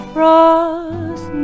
Frost